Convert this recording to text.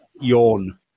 yawn